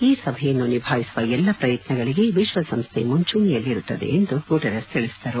ಈ ಸಮಸ್ಥೆಯನ್ನು ನಿಭಾಯಿಸುವ ಎಲ್ಲ ಪ್ರಯತ್ನಗಳಿಗೆ ವಿಶ್ವಸಂಸ್ಥೆ ಮುಂಚೂಣಿಯಲ್ಲಿರುತ್ತದೆ ಎಂದು ಗುಟೆರಸ್ ತಿಳಿಸಿದರು